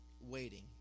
waiting